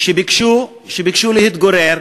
שביקש להתגורר